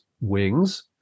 wings